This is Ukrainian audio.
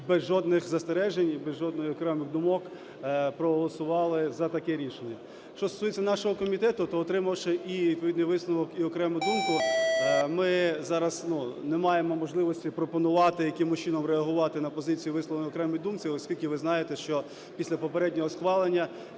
без жодних застережень і без жодних окремих думок проголосували за таке рішення. Що стосується нашого комітету, то отримавши і відповідний висновок, і окрему думку, ми зараз ну не маємо можливості пропонувати якимось чином реагувати на позицію, висловлену в окремій думці, оскільки ви знаєте, що після попереднього схвалення